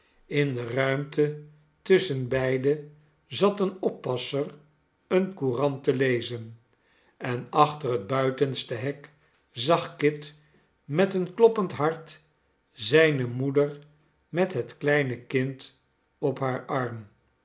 in de ruimte tusschen beide zat een oppasser eene courant te lezen en achter het buitenste hek zag kit met een kloppend hart zijne moeder met het kleine kind op haar arm